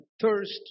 thirst